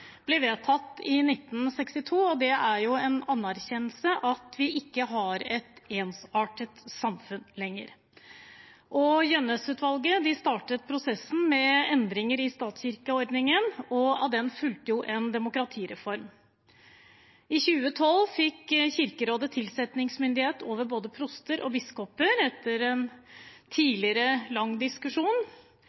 ble vedtatt i 1962, og det er en anerkjennelse av at vi ikke har et ensartet samfunn lenger. Gjønnes-utvalget startet prosessen med endringer i statskirkeordningen, og av den fulgte en demokratireform. I 2012 fikk Kirkerådet tilsettingsmyndighet over både proster og biskoper, etter en tidligere lang diskusjon,